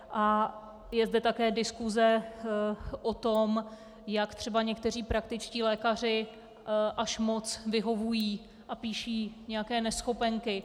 A je zde také diskuse o tom, jak třeba někteří praktičtí lékaři až moc vyhovují a píší nějaké neschopenky.